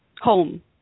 home